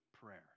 prayer